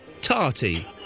Tarty